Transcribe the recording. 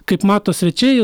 kaip mato svečiai